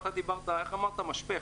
דיברת על משפך,